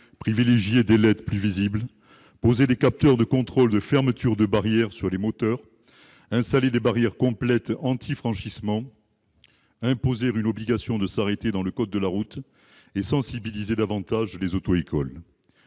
privilégier des LED plus visibles ; poser des capteurs de contrôle de fermeture de barrières sur les moteurs ; installer des barrières complètes anti-franchissements ; imposer, dans le code de la route, une obligation de s'arrêter et sensibiliser davantage les auto-écoles.